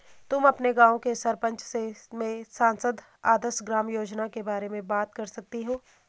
तुम अपने गाँव के सरपंच से सांसद आदर्श ग्राम योजना के बारे में बात कर सकती हो